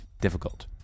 difficult